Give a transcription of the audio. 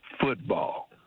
football